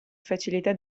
facilità